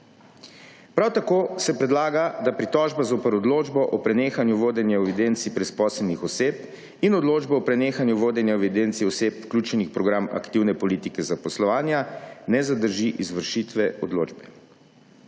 Prav tako se predlaga, da pritožba zoper odločbo o prenehanju vodenja v evidenci brezposelnih oseb in odločbo o prenehanju vodenja v evidenci oseb, vključenih v program aktivne politike zaposlovanja, ne zadrži izvršitve odločbe.